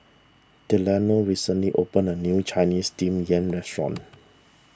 Delano recently opened a new Chinese Steamed Yam restaurant